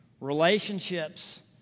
relationships